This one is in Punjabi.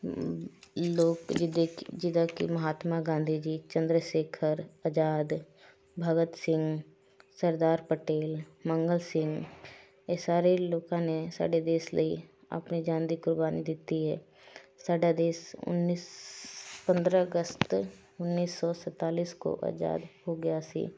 ਲੋਕ ਜਿਹਦੇ ਜਿੱਦਾਂ ਕਿ ਮਹਾਤਮਾ ਗਾਂਧੀ ਜੀ ਚੰਦਰ ਸ਼ੇਖਰ ਅਜ਼ਾਦ ਭਗਤ ਸਿੰਘ ਸਰਦਾਰ ਪਟੇਲ ਮੰਗਲ ਸਿੰਘ ਇਹ ਸਾਰੇ ਲੋਕਾਂ ਨੇ ਸਾਡੇ ਦੇਸ਼ ਲਈ ਆਪਣੀ ਜਾਨ ਦੀ ਕੁਰਬਾਨੀ ਦਿੱਤੀ ਹੈ ਸਾਡਾ ਦੇਸ਼ ਉੱਨੀ ਸ ਪੰਦਰ੍ਹਾਂ ਅਗਸਤ ਉੱਨੀ ਸੌ ਸੰਤਾਲੀ ਕੋ ਅਜ਼ਾਦ ਹੋ ਗਿਆ ਸੀ